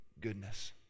goodness